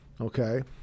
okay